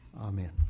Amen